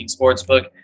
Sportsbook